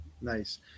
nice